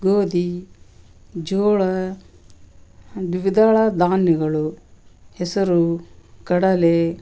ಗೋಧಿ ಜೋಳ ಹಂ ದ್ವಿದಳ ಧಾನ್ಯಗಳು ಹೆಸರು ಕಡಲೆ